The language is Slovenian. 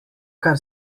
kar